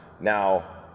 Now